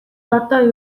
одоо